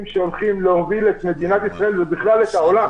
שהולכים להוביל את מדינת ישראל ובכלל את העולם.